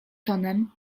tonem